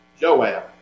Joab